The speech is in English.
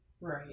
Right